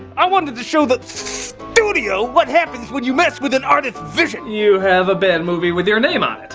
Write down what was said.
i wanted to show the s-s-s-studio what happens when you mess with an artist's vision! you have a bad movie with your name on it.